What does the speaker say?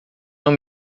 não